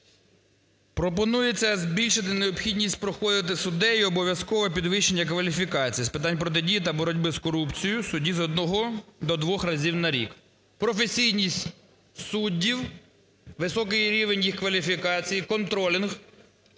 Пропонується збільшити необхідність проходити суддею обов'язкового підвищення кваліфікації з питань протидії та боротьби з корупцією судді з одного до двох разів на рік. Професійність суддів, високий рівень їх кваліфікації, контролінг